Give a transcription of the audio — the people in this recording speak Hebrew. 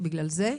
בגלל זה.